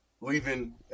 leaving